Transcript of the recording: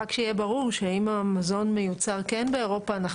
רק שיהיה ברור שאם המזון מיוצר כן באירופה אנחנו